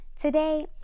Today